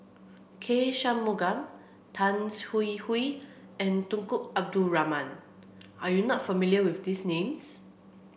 K Shanmugam Tan Hwee Hwee and Tunku Abdul Rahman are you not familiar with these names